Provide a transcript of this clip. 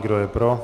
Kdo je pro?